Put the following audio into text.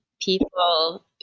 people